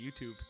YouTube